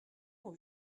ont